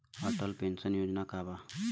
Atal pension योजना का बा?